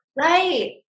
Right